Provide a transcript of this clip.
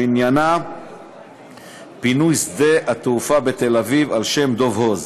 שעניינה פינוי שדה-התעופה בתל-אביב על-שם דב הוז,